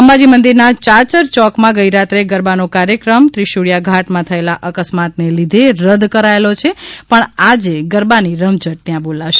અંબાજી મંદિરના યાચર ચોકમાં ગઇરાત્રે ગરબાનો કાર્યક્રમ ત્રિશુળીયા ઘાટમાં થયેલા અકસ્માતને લીધે રદ કરાયેલો પણ આજે ગરબાની રમઝટ ત્યાં બોલશે